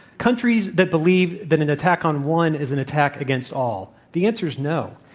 countries that believe that an attack on one is an attack against all. the answer is no.